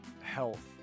health